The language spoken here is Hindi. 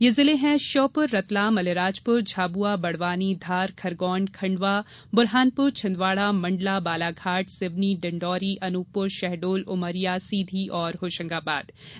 ये जिले हैं श्योपुर रतलाम अलीराजपुर झाबुआ बड़वानी धार खरगोन खंडवा बुरहानपुर छिन्दवाड़ा मंडला बालाघाट सिवनी डिण्डोरी अनूपपुर शहडोल उमरिया सीधी और होशंगाबाद शामिल हैं